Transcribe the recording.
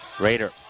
Raider